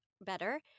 better